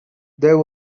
there